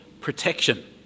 protection